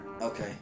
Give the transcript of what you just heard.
Okay